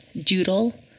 doodle